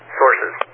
sources